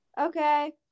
Okay